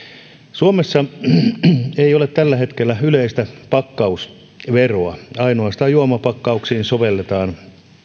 suomessa ei ole tällä hetkellä yleistä pakkausveroa ainoastaan juomapakkauksiin sovelletaan